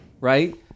Right